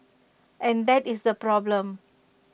and that is the problem